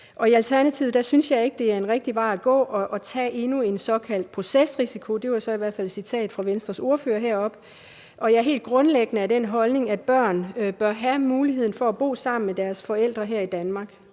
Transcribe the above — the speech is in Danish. Alternativet synes ikke, det er den rigtige vej at gå at tage endnu en såkaldt procesrisiko – det var i hvert fald et citat fra Venstres ordfører. Jeg har helt grundlæggende den holdning, at børn bør have mulighed for at bo sammen med deres forældre her i Danmark.